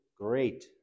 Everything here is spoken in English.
great